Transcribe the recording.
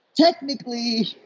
Technically